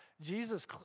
Jesus